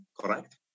correct